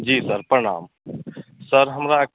जी sir प्रणाम sir हमरा